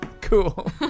Cool